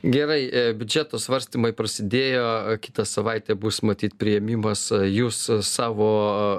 gerai biudžeto svarstymai prasidėjo kitą savaitę bus matyt priėmimas jūs savo